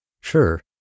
Sure